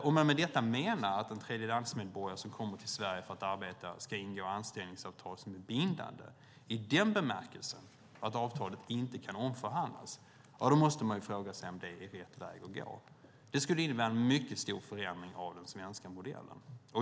Om man med detta menar att en tredjelandsmedborgare som kommer till Sverige för att arbeta ska ingå bindande anställningsavtal, i den bemärkelsen att avtalet inte kan omförhandlas, måste man fråga sig om det är rätt väg att gå. Det skulle innebära en mycket stor förändring av den svenska modellen.